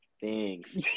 thanks